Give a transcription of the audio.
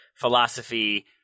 philosophy